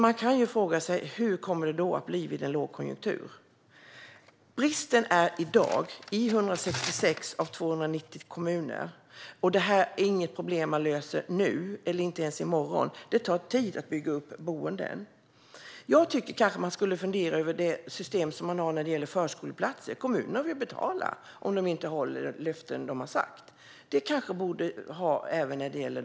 Man kan fråga sig hur det kommer att bli vid en lågkonjunktur. Bristen finns i dag i 166 av 290 kommuner. Det här är inget problem som man löser nu eller ens i morgon; det tar tid att bygga upp boenden. Jag tycker att man kanske skulle fundera över det system som finns för förskoleklasser, nämligen att kommunerna får betala om de inte håller sina löften. Så här borde det kanske vara även för de äldre.